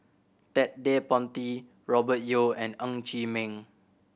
Ted De Ponti Robert Yeo and Ng Chee Meng